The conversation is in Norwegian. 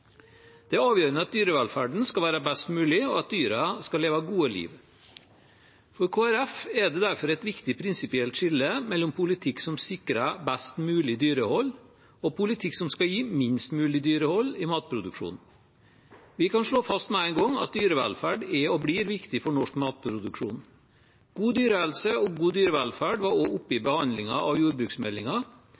Det er avgjørende at dyrevelferden er best mulig, og at dyrene lever gode liv. For Kristelig Folkeparti er det derfor et viktig prinsipielt skille mellom politikk som sikrer best mulig dyrehold, og politikk som skal gi minst mulig dyrehold i matproduksjonen. Vi kan slå fast med en gang at dyrevelferd er og blir viktig for norsk matproduksjon. God dyrehelse og god dyrevelferd var også oppe i behandlingen av